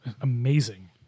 amazing